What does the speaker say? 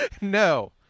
No